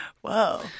Whoa